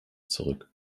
zurück